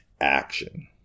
action